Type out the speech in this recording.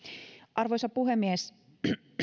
arvoisa puhemies